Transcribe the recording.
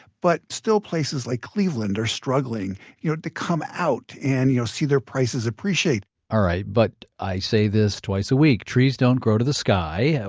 but still, places like cleveland are struggling you know to come out and you know see see their prices appreciate all right. but i say this twice a week trees don't grow to the sky.